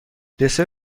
دسر